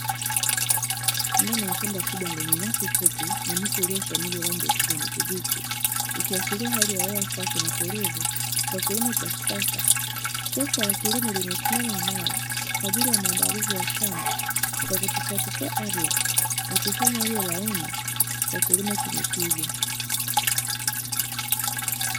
Ndani ya shamba kubwa lenye nyasi fupi na miti iliyoshamiri rangi ya kijani kibichi, ikiashiria hali ya hewa safi na tulivu kwa kilimo cha kisasa, trekta la kilimo limesimama imara kwa ajili ya maandalizi ya shamba kwa kutifuatifua ardhi na kuifanya iwe laini kwa kilimo chenye tija.